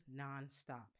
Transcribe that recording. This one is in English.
nonstop